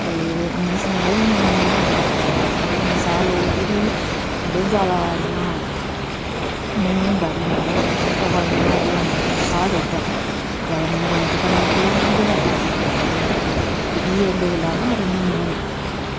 ते उनें ई सनाया की नेईं नेईं बंद रक्खना होंदा मूहैं कन्नै साह् लैओ भी मतलब जादै इंया नेईं होंदा भी मतलब हवा इंया ओह् होंदी साह् चढ़दा जादै मूहैं कन्नै होर कन्नै कतेह् होंदा की गला सुक्की जंदा ते भी ओह्दे कन्नै ना रनिंग निं होंदी